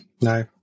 no